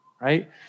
Right